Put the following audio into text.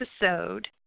episode